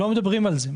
הם לא מדברים על זה.